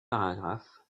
paragraphe